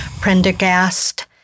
Prendergast